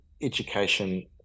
education